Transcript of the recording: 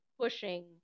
pushing